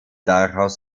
daraus